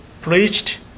preached